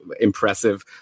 impressive